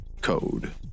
code